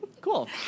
Cool